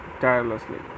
tirelessly